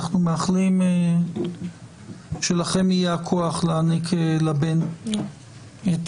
אנחנו מאחלים לכם שיהיה לכם את הכוח להעניק לבן את